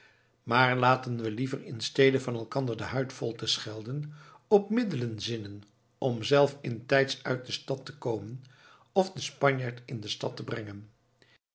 maar laten we liever instede van elkander de huid vol te schelden op middelen zinnen om zelf intijds uit de stad te komen of den spanjaard in de stad te brengen